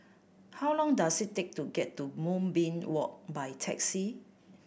how long does it take to get to Moonbeam Walk by taxi